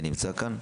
שנמצא כאן,